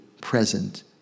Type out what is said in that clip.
present